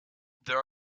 there